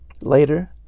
Later